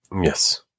Yes